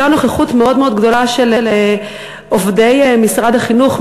והייתה נוכחות מאוד מאוד גדולה של עובדי משרד החינוך,